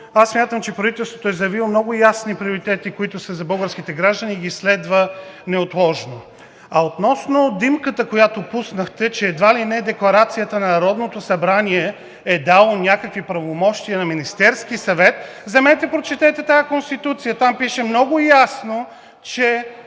аз смятам, че правителството е заявило много ясно приоритетите, които са за българските граждани, и ги следва неотложно. А относно димката, която пуснахте, че едва ли не декларацията на Народното събрание е дала някакви правомощия на Министерския съвет, вземете прочетете тази Конституция. Там пише много ясно, че